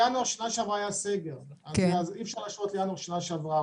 בינואר הקודם היה סגר אז אי-אפשר להשוות לינואר בשנה שעברה.